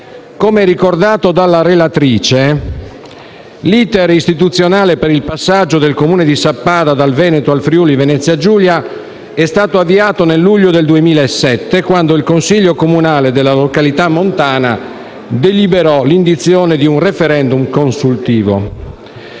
Come ricordato dalla relatrice, l'*iter* istituzionale per il passaggio del Comune di Sappada dal Veneto al Friuli-Venezia Giulia è stato avviato nel luglio del 2007, quando il Consiglio comunale della località montana deliberò l'indizione di un *referendum* consultivo.